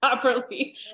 properly